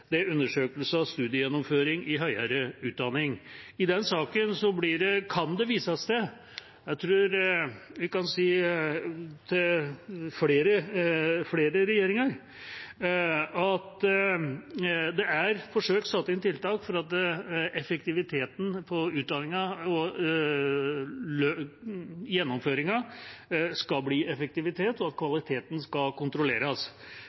i høyere utdanning. I den saken kan det vises til flere regjeringer, tror jeg vi kan si. Det er forsøkt satt inn tiltak for at gjennomføringen av utdanningen skal effektiviseres, og at kvaliteten skal kontrolleres. Men der er det nok sånn at